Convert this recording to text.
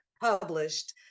published